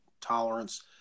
tolerance